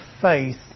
faith